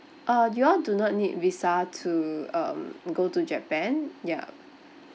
uh you all do not need visa to um go to japan yup